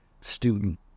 student